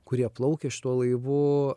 kurie plaukė šituo laivu